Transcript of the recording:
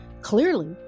clearly